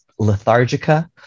lethargica